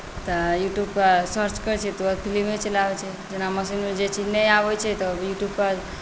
तऽ यूट्यूबपर सर्च करैत छी तऽ तुरन्त फिल्मे चलि आबैत छै जेना मशीनमे जे चीज नहि आबैत छै तऽ यूट्यूबपर